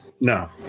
no